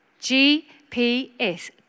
GPS